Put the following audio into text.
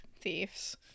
thieves